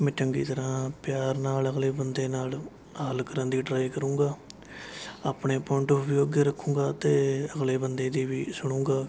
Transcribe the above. ਮੈਂ ਚੰਗੀ ਤਰ੍ਹਾਂ ਪਿਆਰ ਨਾਲ਼ ਅਗਲੇ ਬੰਦੇ ਨਾਲ਼ ਹੱਲ ਕਰਨ ਦੀ ਟਰਾਈ ਕਰੂੰਗਾ ਆਪਣੇ ਪੁਆਇੰਟ ਔਫ਼ ਵਿਊ ਅੱਗੇ ਰੱਖੂੰਗਾ ਅਤੇ ਅਗਲੇ ਬੰਦੇ ਦੀ ਵੀ ਸੁਣਾਂਗਾ